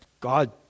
God